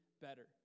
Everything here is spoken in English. better